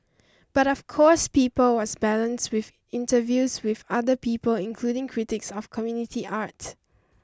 but of course people was balanced with interviews with other people including critics of community art